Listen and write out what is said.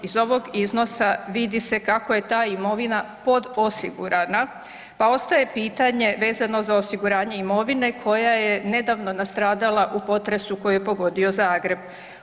Iz ovog iznosa vidi se kako je ta imovina podosigurana pa ostaje pitanje vezano uz osiguranje imovine koja je nedavno nastradala koji je pogodio Zagreb.